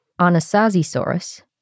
Anasazisaurus